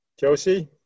Josie